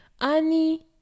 annie